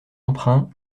emprunts